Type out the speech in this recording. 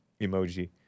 emoji